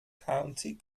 county